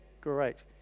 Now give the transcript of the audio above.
Great